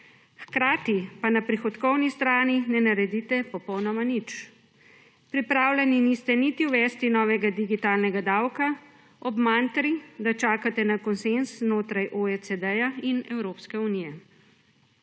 Hkrati pa na prihodkovni strani ne naredite popolnoma nič. Pripravljeni niste niti uvesti novega digitalnega davka, ob mantri, da čakate na konsenz znotraj OECD in Evropske unije.